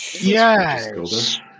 Yes